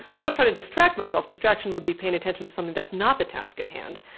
i don't try to distract myself distraction would be paying attention to something that's not the task at hand.